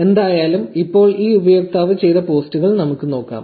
എന്തായാലും ഇപ്പോൾ ഈ ഉപയോക്താവ് ചെയ്ത പോസ്റ്റുകൾ നമുക്ക് നോക്കാം